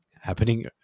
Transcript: happening